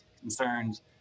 concerns